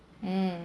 hmm